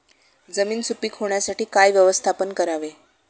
जमीन सुपीक होण्यासाठी काय व्यवस्थापन करावे?